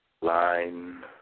line